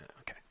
Okay